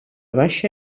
baixa